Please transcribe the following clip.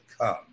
come